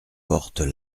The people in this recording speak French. portes